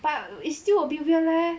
but it's still a bit weird leh